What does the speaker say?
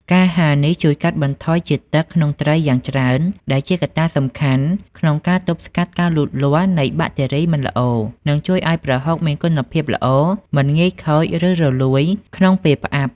ការហាលនេះជួយកាត់បន្ថយជាតិទឹកក្នុងត្រីយ៉ាងច្រើន ដែលជាកត្តាសំខាន់ក្នុងការទប់ស្កាត់ការលូតលាស់នៃបាក់តេរីមិនល្អ និងជួយឱ្យប្រហុកមានគុណភាពល្អ មិនងាយខូច ឬរលួយក្នុងពេលផ្អាប់។